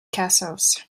castles